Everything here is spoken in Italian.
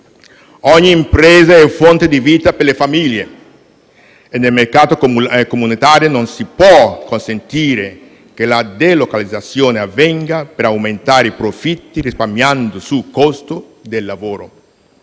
Ogni impresa è fonte di vita per le famiglie e, nel mercato comunitario, non si può consentire che la delocalizzazione avvenga per aumentare i profitti risparmiando sul costo del lavoro.